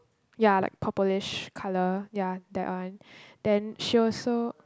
ya like purplish colour ya that one then she also